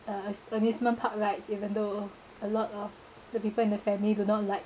the as~ amusement park rides even though a lot of the people in the family do not like